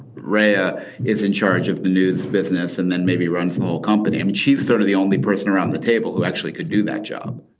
ray ah is in charge of the news business and then maybe runs an oil company. i mean she's sort of the only person around the table who actually could do that job.